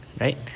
right